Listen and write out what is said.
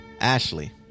Ashley